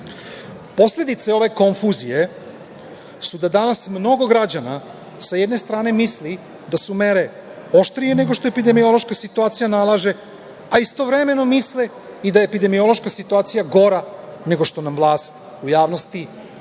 diktaturi. Posledice ove konfuzije su da danas mnogo građana sa jedne strane misli da su mere oštrije nego što epidemiološka situacija nalaže, a istovremeno misle i da je epidemiološka situacija gora nego što nam vlast u javnosti